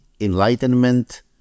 Enlightenment